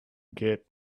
get